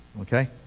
Okay